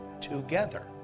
together